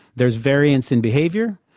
there's variance in behaviour,